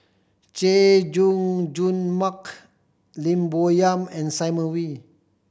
Chay Jung Jun Mark Lim Bo Yam and Simon Wee